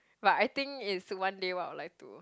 but I think it's one day what I will like to